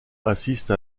assiste